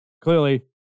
clearly